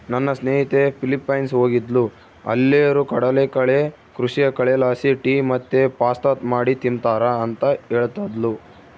ನನ್ನ ಸ್ನೇಹಿತೆ ಫಿಲಿಪೈನ್ಸ್ ಹೋಗಿದ್ದ್ಲು ಅಲ್ಲೇರು ಕಡಲಕಳೆ ಕೃಷಿಯ ಕಳೆಲಾಸಿ ಟೀ ಮತ್ತೆ ಪಾಸ್ತಾ ಮಾಡಿ ತಿಂಬ್ತಾರ ಅಂತ ಹೇಳ್ತದ್ಲು